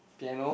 piano